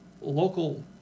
local